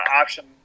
option